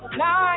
now